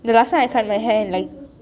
the last time I cut my hair like